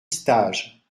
stages